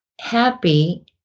happy